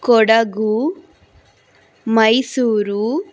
Kodagu Mysuru